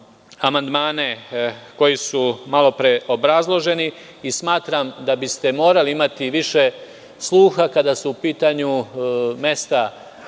amandmane koji su malopre obrazloženi i smatram da biste morali imati više sluha kada su u pitanju mesta